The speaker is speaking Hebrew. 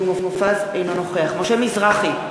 אינו נוכח משה מזרחי,